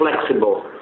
flexible